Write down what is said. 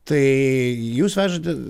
tai jūs vežate